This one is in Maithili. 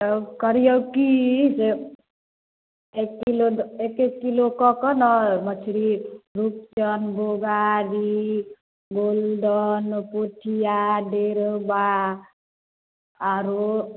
तब करिऔ की जे एक किलो एक एक किलोकऽ कऽ ने मछली रुपचन बौआरी गोल्डन पोठिआ डेढ़बा आओरो